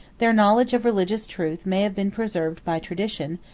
their knowledge of religious truth may have been preserved by tradition,